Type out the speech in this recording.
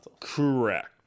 Correct